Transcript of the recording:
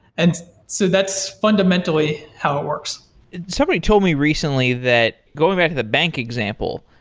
and so that's fundamentally how it works somebody told me recently that going back to the bank example,